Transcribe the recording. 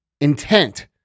intent